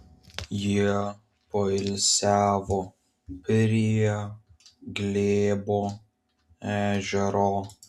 jie poilsiavo prie glėbo ežero